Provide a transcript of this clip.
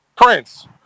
Prince